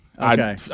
Okay